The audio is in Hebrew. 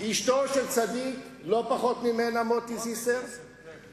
היא אשתו של צדיק לא פחות ממנה, מוטי זיסר, כן.